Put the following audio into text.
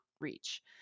reach